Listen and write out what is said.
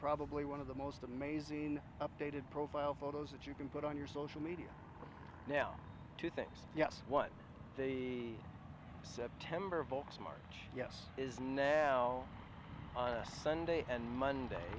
probably one of the most amazing updated profile photos that you can put on your social media now two things yes what the september folks march yes is now sunday and monday